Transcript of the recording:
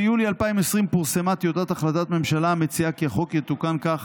ביולי 2020 פורסמה טיוטת החלטת ממשלה המציעה כי החוק יתוקן כך